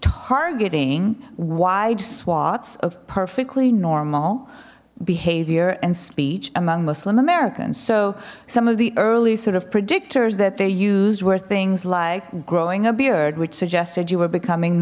targeting wide swaths of perfectly normal behavior and speech among muslim americans so some of the early sort of predictors that they used were things like growing a beard which suggested you were becoming